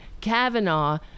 Kavanaugh